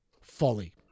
folly